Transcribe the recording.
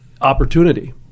opportunity